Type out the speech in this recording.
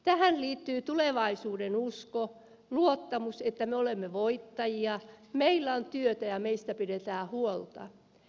tähän liittyy tulevaisuudenusko luottamus että me olemme voittajia meillä on työtä ja meistä pidetään huolta